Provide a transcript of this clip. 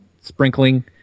sprinkling